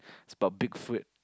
it's about big foot